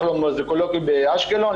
לכו לאקולוגי באשקלון,